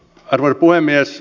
arvoisa puhemies